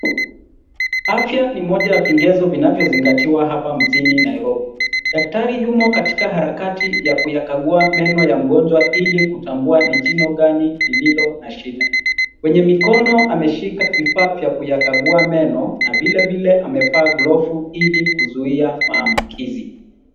Afya ni moja ya vigezo vinavyozingatiwa hapa mjini Nairobi. Daktari yumo katika harakati ya kuyakagua meno ya mgonjwa ilikutambua ni jino gani lililo na shida. Kwenye mikono ameshika vifaa vya kuyakagua meno na vilevile amevaa glovu ilikuzuia maambukizi.